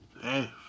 hey